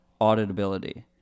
auditability